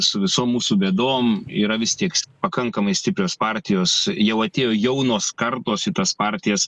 su visom mūsų bėdom yra vis tiek pakankamai stiprios partijos jau atėjo jaunos kartos į tas partijas